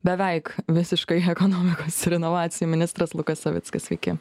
beveik visiškai ekonomikos ir inovacijų ministras lukas savickas sveiki